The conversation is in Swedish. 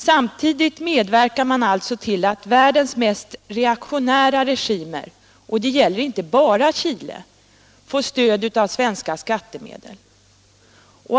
Samtidigt medverkar man alltså till att världens mest reaktionära regimer — och det gäller inte bara Chile — får stöd av svenska statsmedel.